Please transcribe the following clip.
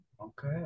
Okay